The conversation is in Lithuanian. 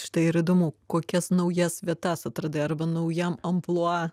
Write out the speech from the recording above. štai ir įdomu kokias naujas vietas atradai arba naujam amplua